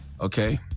Okay